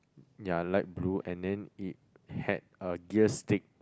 ya light blue and then it had a gear stick